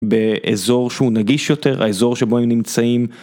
באזור שהוא נגיש יותר, האזור שבו הם נמצאים.